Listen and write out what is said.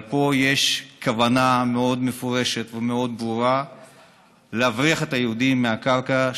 אבל פה יש כוונה מאוד מפורשת ומאוד ברורה להבריח את היהודים מהקרקע,